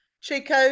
Chico